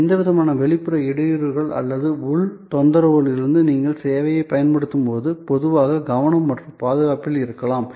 எந்தவிதமான வெளிப்புற இடையூறுகள் அல்லது உள் தொந்தரவுகளிலிருந்தும் நீங்கள் சேவையைப் பயன்படுத்தும்போது பொதுவான கவனம் மற்றும் பாதுகாப்பில் இருக்கலாம்